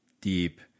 deep